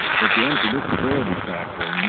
but the unpredictability factor. and